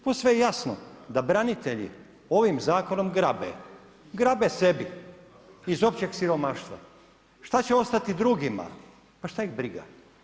Posve je jasno da branitelji ovim zakonom grabe, grabe sebi iz općeg siromaštva, šta će ostati drugima, pa šta ih briga.